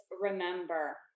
remember